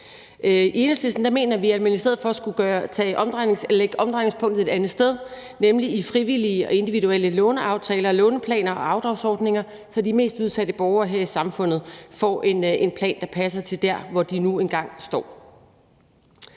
I Enhedslisten mener vi, at man i stedet for skulle lægge omdrejningspunktet et andet sted, nemlig i frivillige og individuelle låneaftaler, låneplaner og afdragsordninger, så de mest udsatte borgere her i samfundet får en plan, der passer til der, hvor de nu engang står.